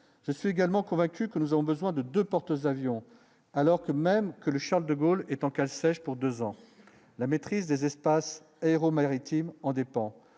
je suis également convaincu que nous avons besoin de 2 porte-avions, alors que même que le. Charles de Gaulle est en cale sèche pour 2 ans, la maîtrise des espaces aéro-maritime en dépend,